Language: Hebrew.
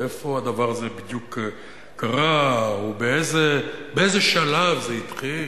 איפה הדבר הזה בדיוק קרה או באיזה שלב זה התחיל?